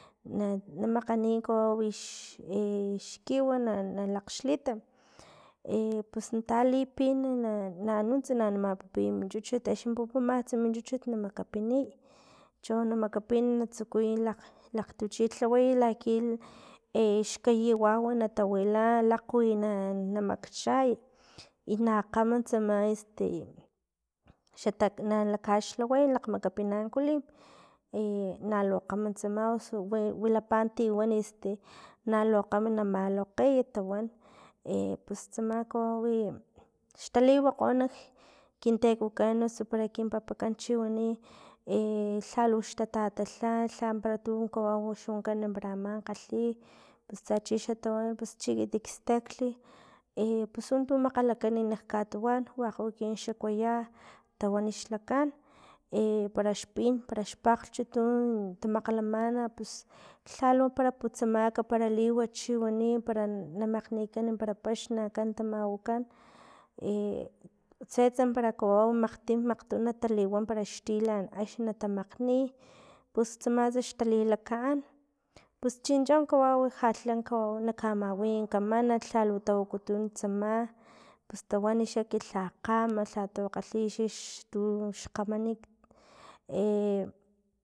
Na- namakganiy kawau x- xkiw na lakgxlit e pus natalipin na- na nuntsa na mapupiy min chuchut axni pupumatsa min chuchut na makapinit cho na makapin na tsukuy lakg- lakgtuchulhaway laki xkayiwau natawila lakgwi na- na makchay i na kgama tsama este xata na kaxlhaway lakgmakapin ankulim nalukgama tsama osu wi- wilapa ti wan este nalukgama na malokgoya tawan pus tsama kawawi xtaliwokgo kintekokan eso para kin papa kan chiwani e lhalux tatatatla lhan- lhan para kawau para aama kgalhi pus para chixan tawan chiekit staklhi i pus untu makgalakan katuwan wakg u waya tawan xlakan, parax pin para xpakglhch u tu- tu tamakgalamana pus lhalu para putsamaka para liwat chiwani, para na makgnikan para paxni na ankan tamawakan tsats para kawau makgtim makgto natawa paraxtilan axni natamakgni, pus tsama antsa xtalilakaan, pus chinchi kawau lhalhla kawau nakamawi min kaman lhalu tawakutun tsama pus tawan xa lha kgama. lhato kgalhi xtu kgamanit.